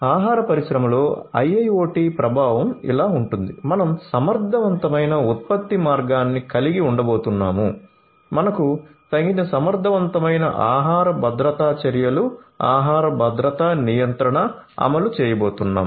ఆహార పరిశ్రమలో IIoT ప్రభావం ఇలా ఉంటుంది మనం సమర్థవంతమైన ఉత్పత్తి మార్గాన్ని కలిగి ఉండబోతున్నాము మనకు తగిన సమర్థవంతమైన ఆహార భద్రతా చర్యలు ఆహార భద్రత నియంత్రణ అమలు చేయబోతున్నాం